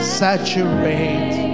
saturate